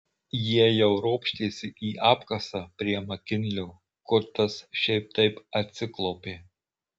jie jau ropštėsi į apkasą prie makinlio kur tas šiaip taip atsiklaupė